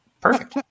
Perfect